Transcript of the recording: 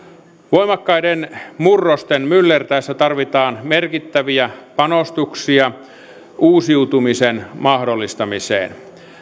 voimakkaiden murrosten myllertäessä tarvitaan merkittäviä panostuksia uusiutumisen mahdollistamiseen